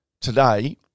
Today